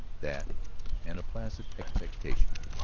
that and a placid expectation.